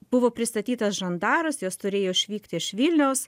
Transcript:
buvo pristatytas žandaras jos turėjo išvykti iš vilniaus